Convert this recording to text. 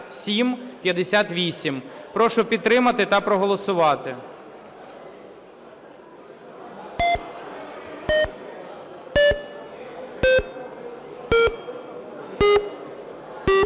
Прошу підтримати та проголосувати.